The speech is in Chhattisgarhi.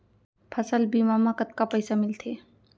फसल बीमा म कतका पइसा मिलथे?